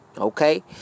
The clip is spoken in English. Okay